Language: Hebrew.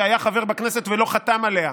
שהיה חבר בכנסת ולא חתם עליה,